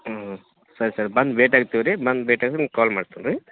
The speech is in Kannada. ಹ್ಞೂ ಸರಿ ಸರಿ ಬಂದು ಭೇಟಿ ಆಗ್ತೇವೆ ರೀ ಬಂದು ಭೇಟಿಯಾಗಿ ನಿಮ್ಗೆ ಕಾಲ್ ಮಾಡ್ತೇವೆ ರೀ ಹ್ಞೂ